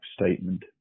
statement